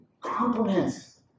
Compliments